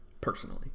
Personally